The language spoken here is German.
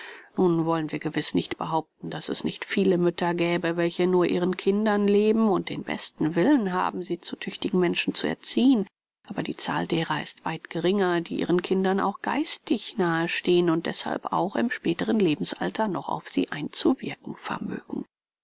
nun wollen wir gewiß nicht behaupten daß es nicht viele mütter gäbe welche nur ihren kindern leben und den besten willen haben sie zu tüchtigen menschen zu erziehen aber die zahl derer ist weit geringer die ihren kindern auch geistig nahe stehen und deßhalb auch im späteren lebensalter noch auf sie einzuwirken vermögen